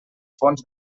fons